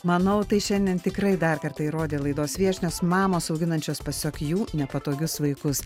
manau tai šiandien tikrai dar kartą įrodė laidos viešnios mamos auginančios pasak jų nepatogius vaikus